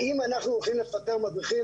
האם אנחנו הולכים לפטר מדריכים?